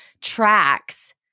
tracks